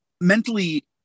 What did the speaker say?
mentally